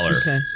Okay